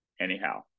anyhow